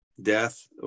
death